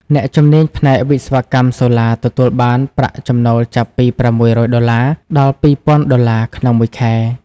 អ្នកជំនាញផ្នែកវិស្វកម្មសូឡាទទួលបានប្រាក់ចំណូលចាប់ពី ៦០០ ដុល្លារ ដល់ ២,០០០ ដុល្លារ ក្នុងមួយខែ។